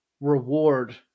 reward